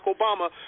Obama